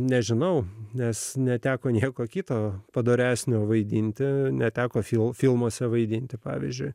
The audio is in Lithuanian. nežinau nes neteko nieko kito padoresnio vaidinti neteko jo filmuose vaidinti pavyzdžiui